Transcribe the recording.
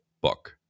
book